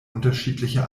unterschiedliche